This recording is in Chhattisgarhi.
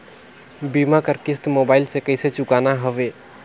बीमा कर किस्त मोबाइल से कइसे चुकाना हवे